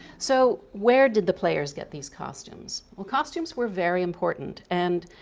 so where did the players get these costumes? well costumes were very important and